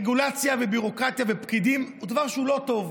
רגולציה וביורוקרטיה ופקידים זה דבר שהוא לא טוב.